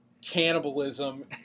cannibalism